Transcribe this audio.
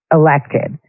elected